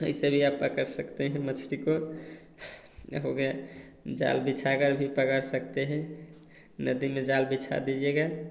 इससे भी आप पकड़ सकते हैं मछली को अब हो गया जाल बिछाकर भी पकड़ सकते हैं नदी में जाल बिछा दीजिएगा